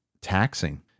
taxing